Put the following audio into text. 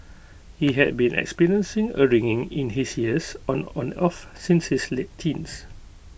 he had been experiencing A ringing in his ears on and off since his late teens